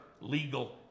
legal